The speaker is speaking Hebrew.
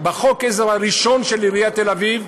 בחוק העזר הראשון של עיריית תל-אביב,